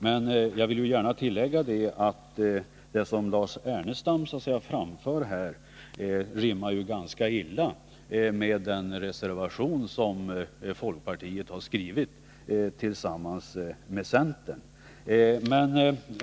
Men jag vill gärna tillägga att det som Lars Ernestam framför rimmar ganska illa med den reservation som folkpartiet tillsammans med centern har skrivit.